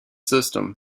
system